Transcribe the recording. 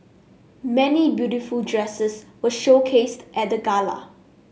many beautiful dresses were showcased at the gala